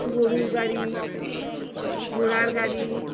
গরুর গাড়ি ঘোড়ার গাড়ি